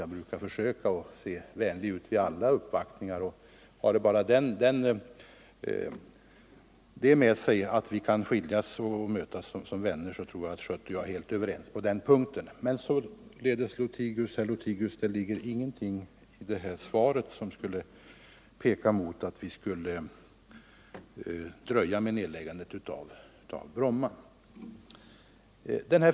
Jag brukar försöka att se vänlig ut vid alla uppvaktningar. Har det bara det goda med sig att vi kan skiljas och mötas som vänner tror jag herr Schött och jag är helt överens på den punkten. Men, herr Lothigius, det finns ingenting i mitt svar som pekar mot att vi skulle dröja med nedläggandet av Bromma.